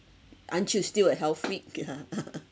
aren't you still a health freak